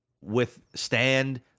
withstand